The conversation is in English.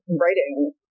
writing